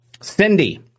Cindy